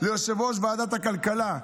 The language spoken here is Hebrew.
ליושב-ראש ועדת הכלכלה,